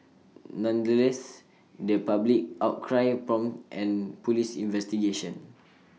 nonetheless the public outcry prompted an Police investigation